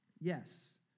yes